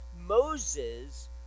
Moses